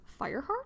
Fireheart